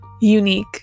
unique